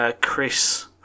Chris